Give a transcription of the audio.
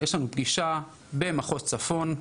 יש לנו פגישה במחוז צפון,